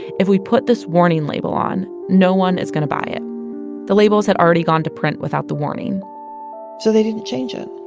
if we put this warning label on no one is going to buy this the labels had already gone to print without the warning so they didn't change it.